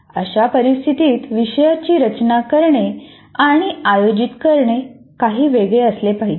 अशा परिस्थितीत विषयाची रचना करणे आणि आयोजित करणे काही वेगळे असले पाहिजे